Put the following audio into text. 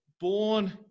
born